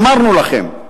אמרנו לכם.